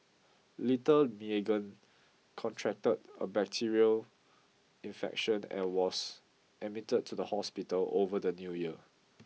little Meagan contracted a bacterial infection and was admitted to the hospital over the new year